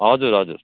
हजुर हजुर